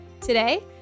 Today